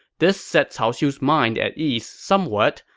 this set cao xiu's mind at ease somewhat,